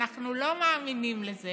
אנחנו לא מאמינים לזה.